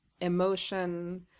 emotion